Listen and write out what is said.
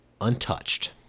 untouched